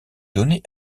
donné